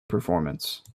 performance